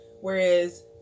whereas